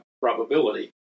probability